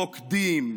רוקדים,